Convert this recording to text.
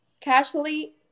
casually